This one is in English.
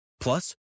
Plus